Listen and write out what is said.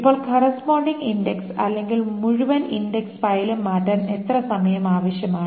ഇപ്പോൾ corresponding index അല്ലെങ്കിൽ മുഴുവൻ ഇൻഡക്സ് ഫയലും മാറ്റാൻ എത്ര സമയം ആവശ്യമാണ്